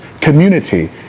community